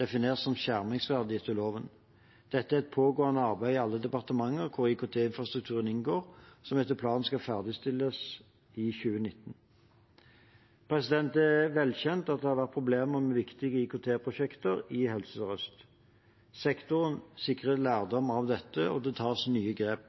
definert som skjermingsverdig etter loven. Dette er et pågående arbeid i alle departementer hvor IKT-infrastrukturen inngår, som etter planen skal ferdigstilles i 2019. Det er velkjent at det har vært problemer med viktige IKT-prosjekter i Helse Sør-Øst. Sektoren sikret lærdom av dette, og det tas nye grep.